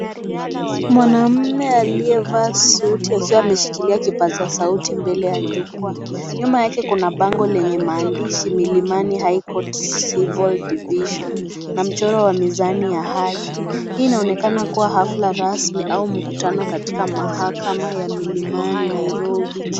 Mwanaume aliyevalia suti , akiwa ameshikilia kipaza sauti mbele ya jukwaa. Nyuma yake kuna bango lenye maandishi Milimani High Court Civil Division, na mchoro wa mizani ya haki. Hii inaonekana kuwa hafla rasmi au mkutano katika mahakama ya Milimani Nairobi.